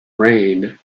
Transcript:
rain